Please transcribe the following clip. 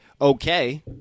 okay